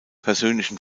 persönlichen